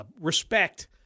Respect